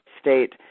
state